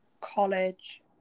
college